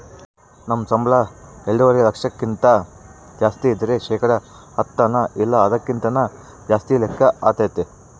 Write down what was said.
ನಮ್ ಸಂಬುಳ ಎಲ್ಡುವರೆ ಲಕ್ಷಕ್ಕುನ್ನ ಜಾಸ್ತಿ ಇದ್ರ ಶೇಕಡ ಹತ್ತನ ಇಲ್ಲ ಅದಕ್ಕಿನ್ನ ಜಾಸ್ತಿ ಲೆಕ್ಕ ಆತತೆ